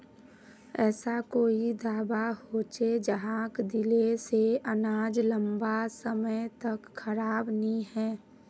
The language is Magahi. ऐसा कोई दाबा होचे जहाक दिले से अनाज लंबा समय तक खराब नी है?